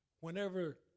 whenever